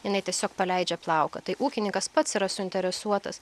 jinai tiesiog paleidžia plauką tai ūkininkas pats yra suinteresuotas